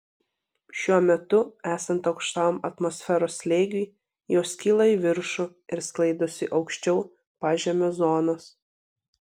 šiuo metu esant aukštam atmosferos slėgiui jos kyla į viršų ir sklaidosi aukščiau pažemio zonos